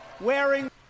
wearing